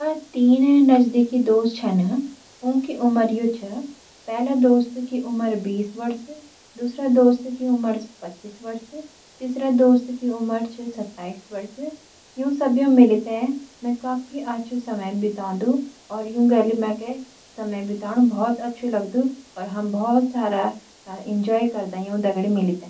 मेरा तीन नजदीकी दोस्त छन। उनकी उमर यू छ, पहला दोस्त की उम्र बीस वर्ष, दूसरा दोस्त की उम्र पच्चीस वर्ष, तीसरा दोस्त की उम्र छ सत्ताइश वर्ष, यूं सभी मिले ते मैं काफी अछू समय बितादूं और यूं गैल मैं समय बितानू बहुत अछू लगदू और हम बहुत सारा एंजॉय करदा यू दगडी मिल के।